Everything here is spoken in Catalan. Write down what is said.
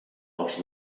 dels